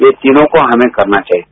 ये तीनों को हमें करना चाहिए